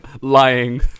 lying